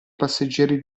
passeggeri